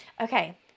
Okay